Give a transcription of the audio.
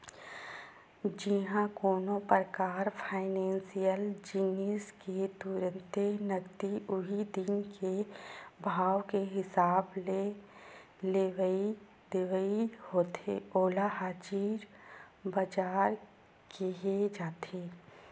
जिहाँ कोनो परकार फाइनेसियल जिनिस के तुरते नगदी उही दिन के भाव के हिसाब ले लेवई देवई होथे ओला हाजिर बजार केहे जाथे